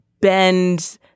bend